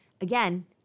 again